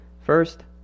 First